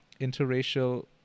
interracial